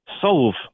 solve